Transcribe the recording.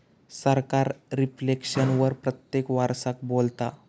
सरकार रिफ्लेक्शन वर प्रत्येक वरसाक बोलता